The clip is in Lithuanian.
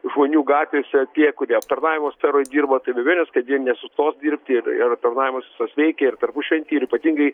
žmonių gatvėse tie kurie aptarnavimo sferoj dirba tai be abejonės kad jie nesustos dirbti ir ir aptarnavimas visas veikia ir tarpušventį ir ypatingai